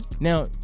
Now